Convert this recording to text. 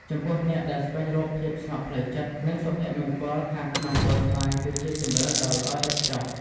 ចំពោះអ្នកដែលស្វែងរកភាពស្ងប់ផ្លូវចិត្ត និងសុភមង្គលខាងក្នុងពណ៌ស្វាយគឺជាជម្រើសដ៏ល្អឥតខ្ចោះ។